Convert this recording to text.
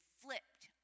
flipped